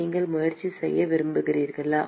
நீங்கள் முயற்சி செய்ய விரும்புகிறீர்களா